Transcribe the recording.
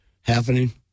happening